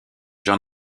j’en